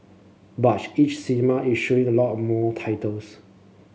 but each cinema is showing a lot more titles